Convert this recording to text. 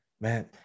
Man